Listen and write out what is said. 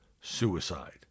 suicide